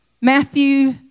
Matthew